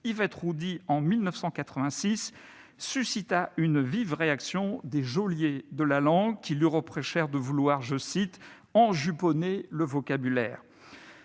Yvette Roudy en 1986, suscita une vive réaction des geôliers de la langue, qui lui reprochèrent de vouloir « enjuponner le vocabulaire ».